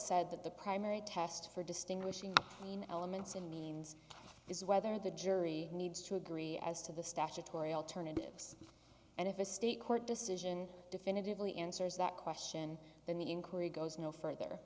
said that the primary test for distinguishing the elements and means is whether the jury needs to agree as to the statutory alternatives and if a state court decision definitively answers that question then the inquiry goes no further